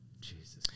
jesus